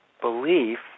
belief